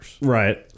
Right